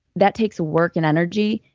that takes work and energy,